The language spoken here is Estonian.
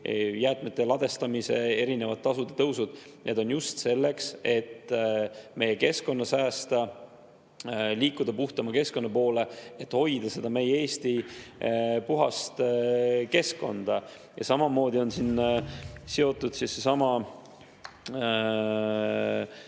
põlevkivijäätmete ladestamise erinevate tasude tõusud on just selleks, et meie keskkonda säästa, liikuda puhtama keskkonna poole, et hoida meie Eesti puhast keskkonda. Ja samamoodi on seotud seesama